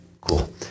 cool